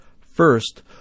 First